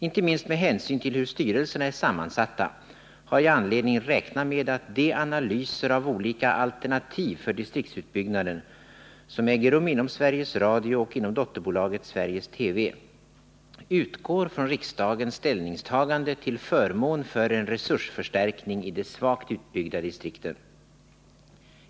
Inte minst med hänsyn till hur styrelserna är sammansatta har jag anledning räkna med att de analyser av olika alternativ för distriktsutbyggnaden som äger rum inom Sveriges Radio och inom dotterbolaget Sveriges TV utgår från riksdagens ställningstagande till förmån för en resursförstärkning i de svagt utbyggda distrikten.